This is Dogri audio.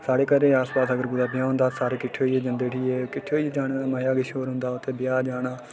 साढ़े घरें अगर कुतै आस पास ब्याह् होंदा अस सारे कट्ठे होइयै जंदे उठी हे किट्ठे होइयै जाने दा मजा किश होर होंदा ब्याह् जाना